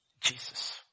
Jesus